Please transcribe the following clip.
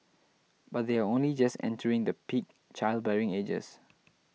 but they are only just entering the peak childbearing ages